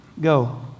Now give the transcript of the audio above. go